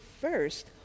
first